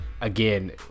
again